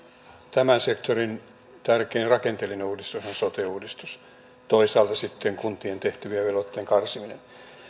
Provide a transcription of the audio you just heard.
tämän sektorin tärkein rakenteellinen uudistus on sote uudistus ja toisaalta sitten kuntien tehtävien ja velvoitteiden karsiminen